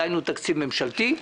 דהיינו תקציב ממשלתי,